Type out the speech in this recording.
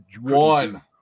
one